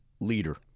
leader